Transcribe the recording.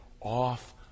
off